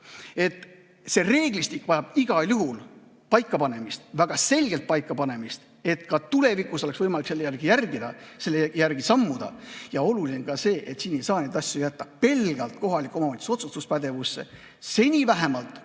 See reeglistik vajab igal juhul paikapanemist, väga selgelt paikapanemist, et ka tulevikus oleks võimalik selle järgi sammuda. Oluline on ka see, et siin ei saa neid asju jätta pelgalt kohaliku omavalitsuse otsustuspädevusse, seni vähemalt, kuni